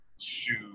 shoot